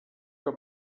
que